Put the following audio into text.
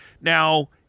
Now